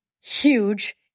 huge